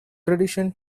tradition